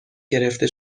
گرفته